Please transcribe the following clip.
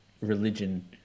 religion